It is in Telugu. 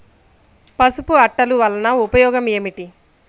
పసుపు అట్టలు వలన ఉపయోగం ఏమిటి?